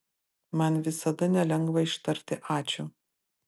man visada nelengva ištarti ačiū